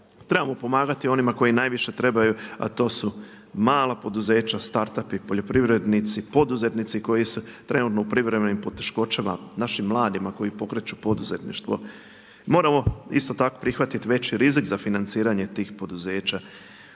trebamo pomagati onima koji najviše trebaju, a to su mala poduzeća start up-ovi, poljoprivrednici, poduzetnici koji su trenutno u privremenim poteškoćama, našim mladima koji pokreću poduzetništvo. Moramo isto tako prihvatiti veći rizik za financiranje tih poduzeća